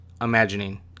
imagining